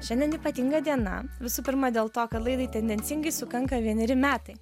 šiandien ypatinga diena visų pirma dėl to kad laidai tendencingai sukanka vieneri metai